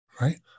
right